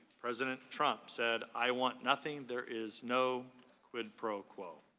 president trump said i want nothing, there is no quid pro quo.